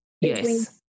Yes